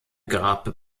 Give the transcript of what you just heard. grab